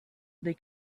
they